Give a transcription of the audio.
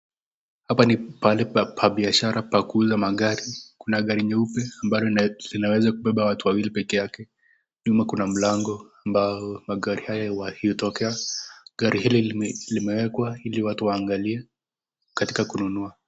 Hapa ni pahali pa biashara pakuuza magari. Kuna gari nyeupe ambalo linaweza kubeba watu wawili peke yake. Nyuma kuna mlango ambayo magari haya hutokea. Gari hili limewekwa ili watu waangalie katika kununua.